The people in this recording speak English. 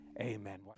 Amen